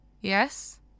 Yes